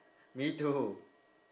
me too